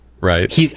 Right